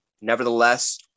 Nevertheless